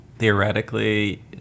theoretically